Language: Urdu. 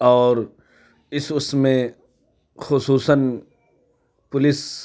اور اس اس میں خصوصاً پولیس